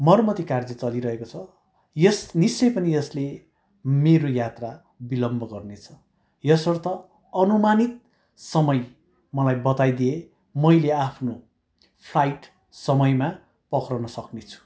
मर्मती कार्य चलिरहेको छ यस निश्चय पनि यसले मेरो यात्रा विलम्ब गर्ने छ यसर्थ अनुमानित समय मलाई बताइदिए मैले आफ्नो फ्लाइट समयमा पक्रनु सक्नेछु